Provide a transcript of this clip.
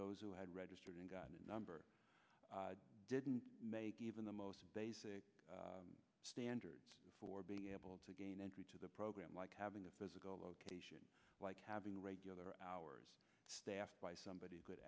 those who had registered and got a number didn't make even the most basic standards for being able to gain entry to the program like having a physical location like having regular hours staffed by somebody could